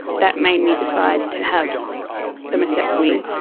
that made me decide to have the mastectomy,